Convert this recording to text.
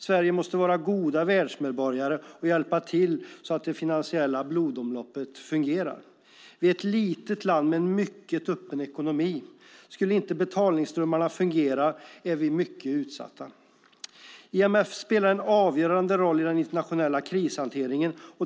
Sverige måste vara goda världsmedborgare och hjälpa till så att det finansiella blodomloppet fungerar. Vi är ett litet land men en mycket öppen ekonomi. Skulle inte betalningsströmmarna fungera vore vi mycket utsatta. IMF spelar en avgörande roll i den internationella krishanteringen.